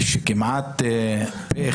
ירצה לקדם.